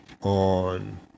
on